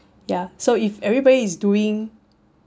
ya so if everybody is doing